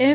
F